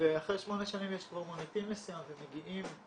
ואחרי שמונה שנים יש כבר מוניטין מסוים ומגיעים,